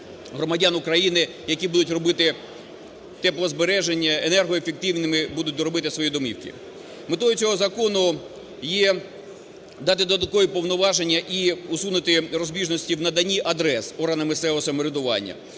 громадян України, які будуть робити теплозбереження, енергоефективними будуть робити свої домівки. Метою цього закону є дати додаткові повноваження і усунути розбіжності в наданні адрес органам місцевого самоврядування.